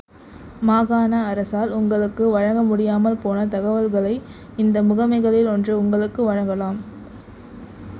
மாகாண அரசால் உங்களுக்கு வழங்க முடியாமல் போன தகவல்களை இந்த முகமைகளில் ஒன்று உங்களுக்கு வழங்கலாம்